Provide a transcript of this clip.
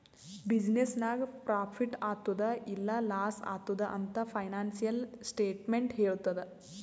business ನಾಗ್ profit ಆತ್ತುದ್ ಇಲ್ಲಾ ಲಾಸ್ ಆತ್ತುದ್ ಅಂತ್ ಫೈನಾನ್ಸಿಯಲ್ ಸ್ಟೇಟ್ಮೆಂಟ್ ಹೆಳ್ತುದ್